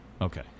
Okay